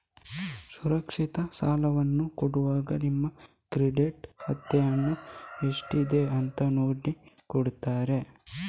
ಅಸುರಕ್ಷಿತ ಸಾಲವನ್ನ ಕೊಡುವಾಗ ನಿಮ್ಮ ಕ್ರೆಡಿಟ್ ಅರ್ಹತೆ ಎಷ್ಟಿದೆ ಅಂತ ನೋಡಿ ಕೊಡ್ತಾರೆ